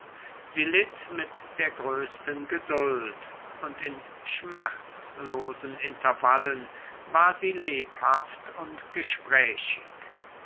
sie litt mit der größten geduld und in schmerzlosen intervallen war sie lebhaft und gesprächig